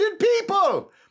people